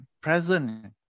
present